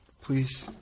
Please